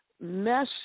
mesh